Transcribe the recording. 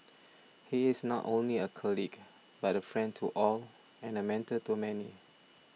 he is not only a colleague but a friend to all and a mentor to many